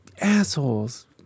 assholes